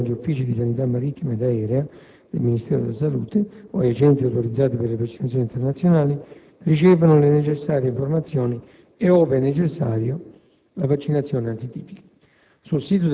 che si rivolgono agli Uffici di sanità marittima ed aerea del Ministero della salute o ai centri autorizzati per le vaccinazioni internazionali, ricevono le necessarie informazioni, e, ove necessario, la vaccinazione antitifica.